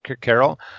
Carol